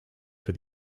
for